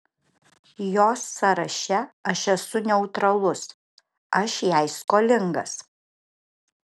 jos sąraše aš esu neutralus aš jai skolingas